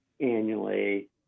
annually